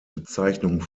bezeichnung